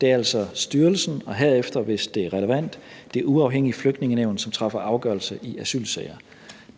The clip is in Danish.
Det er altså styrelsen og herefter, hvis det er relevant, det uafhængige Flygtningenævn, som træffer afgørelse i asylsager.